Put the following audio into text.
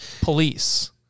police